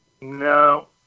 no